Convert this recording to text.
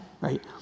right